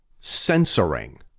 censoring